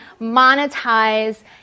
monetize